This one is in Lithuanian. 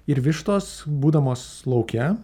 ir vištos būdamos lauke